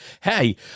hey